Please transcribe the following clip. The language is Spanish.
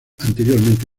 anteriormente